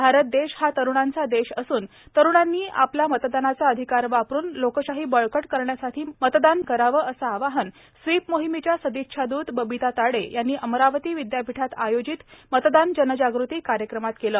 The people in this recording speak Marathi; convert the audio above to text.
भारत देश हा तरुणांचा देश असून तरुणांनी आपल्या मतदानाचा अधिकार वापरुन लोकशाही बळकट करण्यासाठी मतदान करावं असं आवाहन स्वीप मोहिमेच्या सदिच्छा द्रत बबीता ताडे यांनी अमरावती विदयापीठात आयोजित मतदान जनजागृती कार्यक्रमात केलं